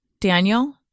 Daniel